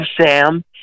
Sam